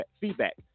feedback